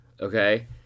okay